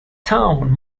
town